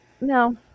No